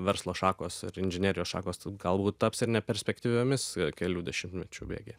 verslo šakos ar inžinerijos šakos galbūt taps ir neperspektyviomis kelių dešimtmečių bėgyje